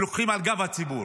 ולוקחים על גב הציבור.